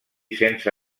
sense